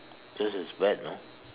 just as bad know